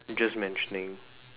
we just mentioning